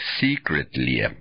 secretly